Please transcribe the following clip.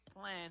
plan